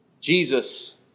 Jesus